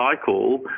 cycle